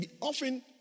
often